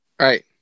Right